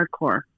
hardcore